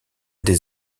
des